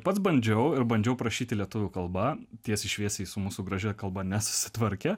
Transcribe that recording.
pats bandžiau ir bandžiau prašyti lietuvių kalba tiesiai šviesiai su mūsų gražia kalba nesutvarkė